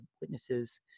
witnesses